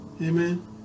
Amen